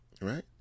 right